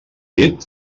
llit